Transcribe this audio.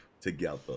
together